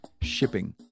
shipping